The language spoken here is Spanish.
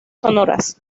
sonoras